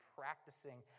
practicing